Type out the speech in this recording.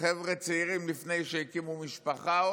חבר'ה צעירים, עוד לפני שהקימו משפחה,